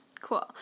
Cool